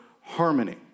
harmony